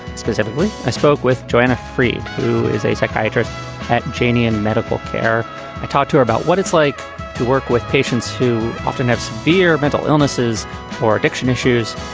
specifically, i spoke with joanna freed, who is a psychiatrist at geniune in medical care. i talked to her about what it's like to work with patients who often have severe mental illnesses or addiction issues,